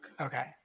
Okay